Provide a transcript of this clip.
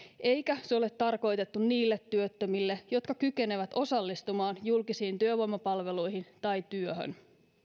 eikä se ole tarkoitettu niille työttömille jotka kykenevät osallistumaan julkisiin työvoimapalveluihin tai työhön